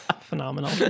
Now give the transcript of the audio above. Phenomenal